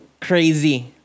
crazy